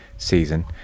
season